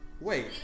Wait